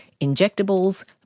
injectables